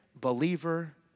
believer